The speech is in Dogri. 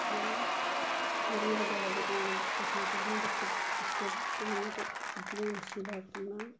बोलन होर मेरा ज्यादा इ'यै ध्यान बच्चे ठीक चलन बच्चे अच्छे पढ़न ते पुज्जी जान अच्छी लाइफ बनान